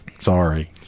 sorry